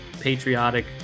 patriotic